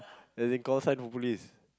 as in call sign for police